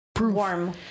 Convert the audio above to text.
warm